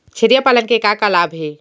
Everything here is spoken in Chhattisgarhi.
छेरिया पालन के का का लाभ हे?